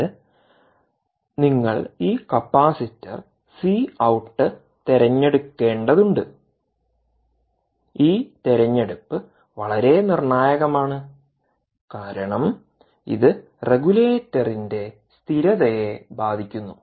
ഇത് നിങ്ങൾ ഈ കപ്പാസിറ്റർ സി ഔട്ട് തിരഞ്ഞെടുക്കേണ്ടതുണ്ട് ഈ തിരഞ്ഞെടുപ്പ് വളരെ നിർണായകമാണ് കാരണം ഇത് റെഗുലേറ്ററിന്റെ സ്ഥിരതയെ ബാധിക്കുന്നു